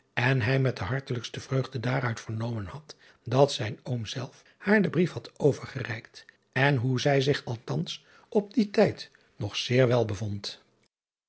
en hij met de hartelijkste vreugde daaruit vernomen had dat zijn oom zelf haar den brief had overgereikt en hoe zij zich althans op dien tijd nog zeer wel bevond